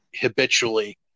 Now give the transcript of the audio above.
habitually